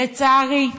לצערי,